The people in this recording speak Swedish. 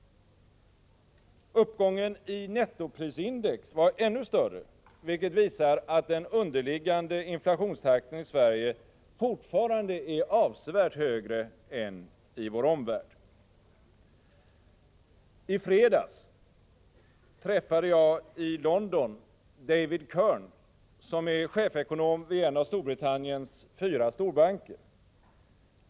Uppgången i nettoprisindex var ännu större, vilket visar att den underliggande inflationstakten i Sverige fortfarande är avsevärt högre än i vår omvärld. I fredags träffade jag i London David Kern, som är chefekonom vid en av Storbritanniens fyra storbanker.